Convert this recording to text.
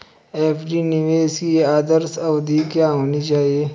FD निवेश की आदर्श अवधि क्या होनी चाहिए?